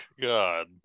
God